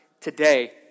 today